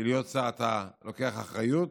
כי להיות שר, אתה לוקח אחריות,